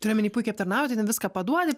turi omeny puikiai aptarnauji tai ten viską paduodi